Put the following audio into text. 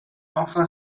enfin